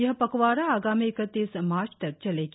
यह पखवाड़ा आगामी इकत्तीस मार्च तक चलेगी